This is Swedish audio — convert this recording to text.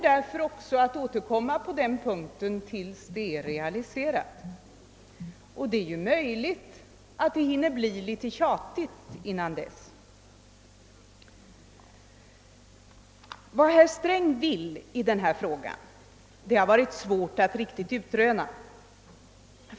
Därför ämnar vi återkomma till den punkten ända tills kravet är realiserat, och det är möjligt att det hinner bli litet tjatigt innan så har skett. Vad herr Sträng vill i denna fråga har varit svårt att utröna.